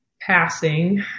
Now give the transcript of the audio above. passing